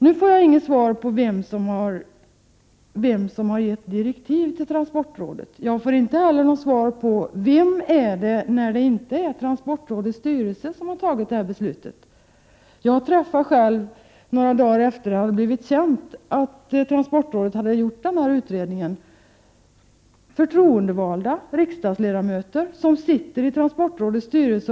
Nu får jag inget svar på vem som har gett direktiv till transportrådet. Jag får inte heller något svar på vem, när det inte är transportrådets styrelse, som har tagit detta beslut. Några dagar efter att det blivit känt att transportrådet hade gjort sin utredning träffade jag själv förtroendevalda riksdagsledamöter, som sitter i transportrådet styrelse.